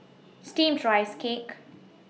Steamed Rice Cake